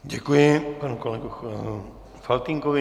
Děkuji panu kolegovi Faltýnkovi.